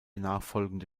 nachfolgende